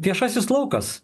viešasis laukas